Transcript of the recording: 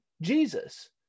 Jesus